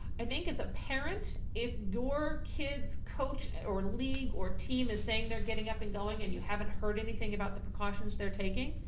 i think as a parent if your kids, coach and or league or team is saying they're getting up and going and you haven't heard anything about the precautions, they're taking,